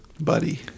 buddy